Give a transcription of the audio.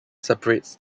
separates